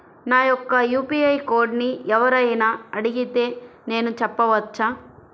నా యొక్క యూ.పీ.ఐ కోడ్ని ఎవరు అయినా అడిగితే నేను చెప్పవచ్చా?